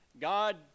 God